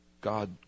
God